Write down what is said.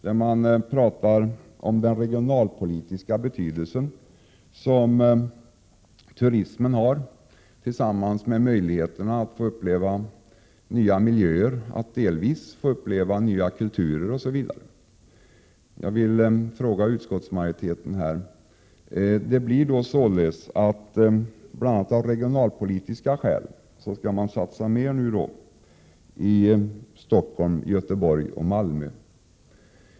Där betonar man den regionalpolitiska betydelse som turismen har, tillsammans med möjligheterna för människor att få uppleva nya miljöer, att delvis få uppleva nya kulturer osv. Jag vill fråga utskottsmajoriteten: Blir det nu så, att man bl.a. av regionalpolitiska skäl skall satsa mer på Stockholm, Göteborg och Malmö?